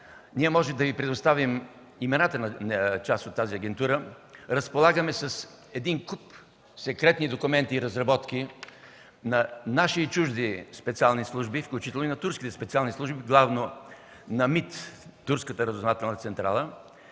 Ние можем да Ви предоставим имената на част от тази агентура. Разполагаме с един куп секретни документи и разработки на наши и чужди специални служби, включително и на турските специални служби, главно на МИТ – турската разузнавателна централа,